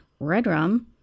Redrum